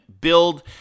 build